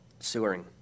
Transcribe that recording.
sewering